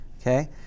Okay